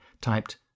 typed